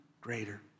greater